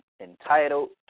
entitled